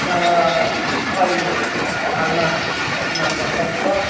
त्यहाँबाट अहिले हालमा यहाँ बसाइँ छ